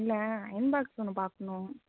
இல்லை iron box ஒன்று பார்க்கணும்